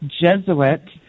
Jesuit